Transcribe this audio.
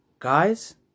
Guys